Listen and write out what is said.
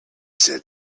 said